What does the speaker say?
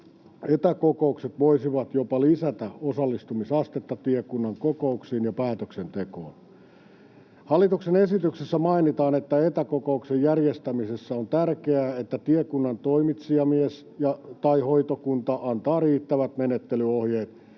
Etäkokoukset voisivat jopa lisätä osallistumisastetta tiekunnan kokouksiin ja päätöksentekoon. Hallituksen esityksessä mainitaan, että etäkokouksen järjestämisessä on tärkeää, että tiekunnan toimitsijamies tai hoitokunta antaa riittävät menettelyohjeet